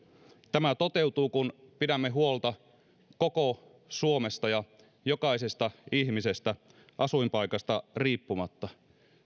tämä toteutuu kun pidämme huolta koko suomesta ja jokaisesta ihmisestä asuinpaikasta riippumatta